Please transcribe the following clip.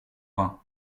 vain